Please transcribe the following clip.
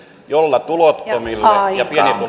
jolla tulottomille ja